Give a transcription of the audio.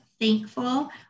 thankful